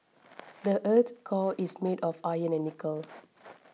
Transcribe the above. the earth's core is made of iron and nickel